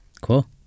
Cool